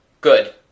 GOOD